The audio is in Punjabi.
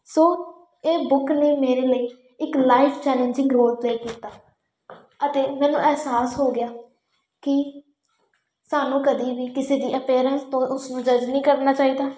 ਸੋ ਇਹ ਬੁੱਕ ਨੇ ਮੇਰੇ ਲਈ ਇੱਕ ਲਾਈਫ ਚੈਲੇਂਜਿੰਗ ਰੋਲ ਪਲੇਅ ਕੀਤਾ ਅਤੇ ਮੈਨੂੰ ਅਹਿਸਾਸ ਹੋ ਗਿਆ ਕਿ ਸਾਨੂੰ ਕਦੀ ਵੀ ਕਿਸੇ ਦੀ ਅਪੀਅਰੈਂਸ ਤੋਂ ਉਸਨੂੰ ਜੱਜ ਨਹੀਂ ਕਰਨਾ ਚਾਹੀਦਾ